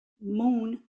moon